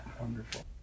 Wonderful